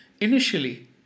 Initially